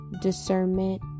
discernment